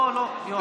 לא, לא, יואב.